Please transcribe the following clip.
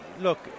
look